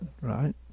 right